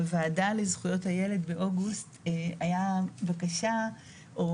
בוועדה לזכויות הילד באוגוסט היה בקשה או